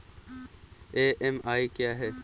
EMI क्या है?